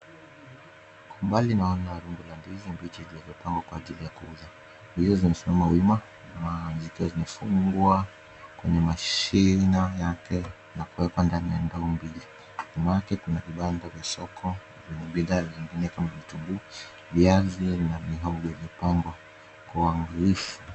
Kwa mbali naona rundo la ndizi mbichi zilizopangwa kwa ajili ya kuuzwa. Ndizi zimesimama wima zikiwa zimefungwa kwenye mashina yake na kuwekwa ndani ya ndoo mbili. Nyuma yake kuna vibanda vya soko vyenye bidhaa zingine kama vitunguu, viazi na mihogo yaliyopambwa kwa uangalifu.